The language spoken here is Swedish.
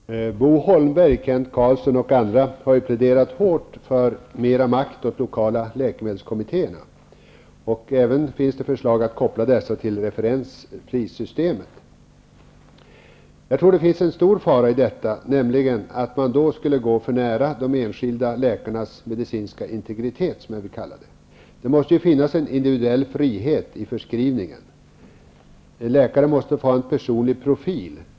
Herr talman! Bo Holmberg, Kent Carlsson och andra har pläderat hårt för mera makt åt de lokala läkemedelskommittérna. Det finns även förslag att koppla dessa till referensprissystemet. Jag tror att det finns en stor fara i att man därmed skulle gå för nära de enskilda läkarnas medicinska integritet, som jag vill kalla det. Det måste finnas en individuell frihet i förskrivningen. En läkare måste få ha en personlig profil.